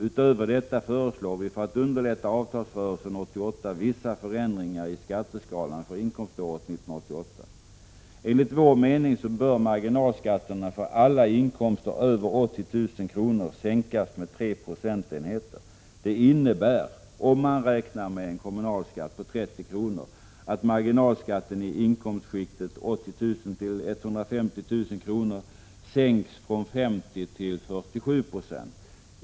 Utöver detta föreslår vi, för att underlätta avtalsrörelsen 1988, vissa förändringar i skatteskalan för inkomståret 1988. Enligt vår mening bör marginalskatterna för alla inkomster över 80 000 kr. sänkas med 3 procentenheter. Om man räknar med en kommunalskatt på 30 kr. innebär det att marginalskatten i inkomstskiktet 80 000-150 000 kr. sänks från 50 96 till 47 90.